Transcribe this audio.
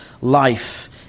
life